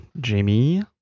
Jamie